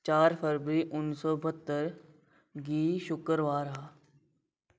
चार फरवरी उन्नी सौ बह्त्तर गी शुक्करबार हा